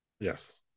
Yes